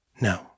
No